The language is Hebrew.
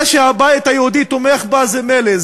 זה שהבית היהודי תומך בה, זה מילא.